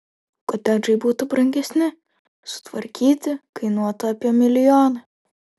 kotedžai būtų brangesni sutvarkyti kainuotų apie milijoną